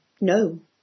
no